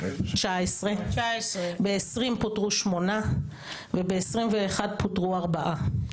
ב-2020 פוטרו שמונה וב-2021 פוטרו ארבעה.